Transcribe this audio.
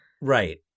Right